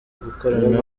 gukorana